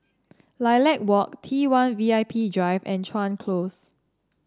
Lilac Walk T one V I P Drive and Chuan Close